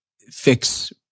fix